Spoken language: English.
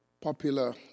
popular